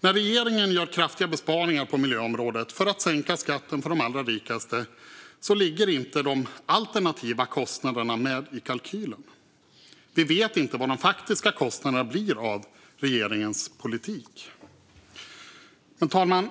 När regeringen gör kraftiga besparingar på miljöområdet för att sänka skatten för de allra rikaste ligger inte de alternativa kostnaderna med i kalkylen. Vi vet inte vad de faktiska kostnaderna blir av regeringens politik. Fru talman!